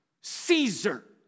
Caesar